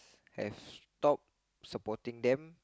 have stopped supporting them